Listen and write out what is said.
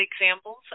examples